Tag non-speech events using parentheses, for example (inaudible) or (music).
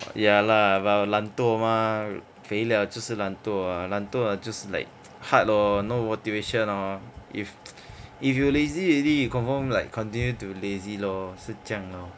ya lah but 我懒惰 mah 肥 liao 就是懒惰 ah 懒惰了就是 like (noise) hard lor no motivation lor if (noise) if you lazy already you confirm like continue to lazy lor 是这样 lor